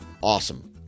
awesome